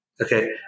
Okay